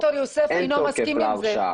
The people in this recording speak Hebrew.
ד"ר יוסף אינו מסכים עם זה.